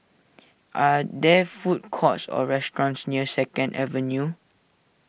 are there food courts or restaurants near Second Avenue